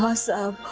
ah sir.